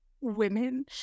women